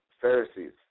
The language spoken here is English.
Pharisees